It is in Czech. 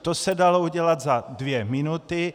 To se dalo udělat za dvě minuty.